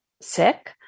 sick